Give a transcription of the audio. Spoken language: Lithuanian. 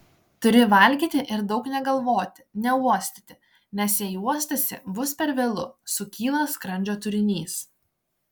turi valgyti ir daug negalvoti neuostyti nes jei uostysi bus per vėlu sukyla skrandžio turinys